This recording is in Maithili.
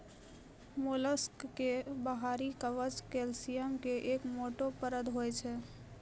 मोलस्क के बाहरी कवच कैल्सियम के एक मोटो परत होय छै